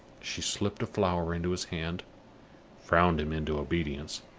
she slipped a flower into his hand frowned him into obedience,